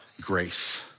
grace